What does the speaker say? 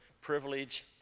privilege